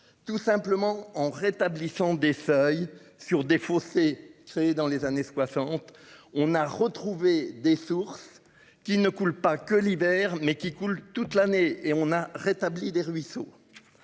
tout simplement en rétablissant des feuilles sur Desfossés créée dans les années 60, on a retrouvé des sources qui ne coule pas que l'hiver mais qui coule toute l'année et on a rétabli des ruisseaux.